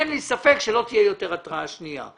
אין לי ספק שלא תהיה יותר התראה שנייה.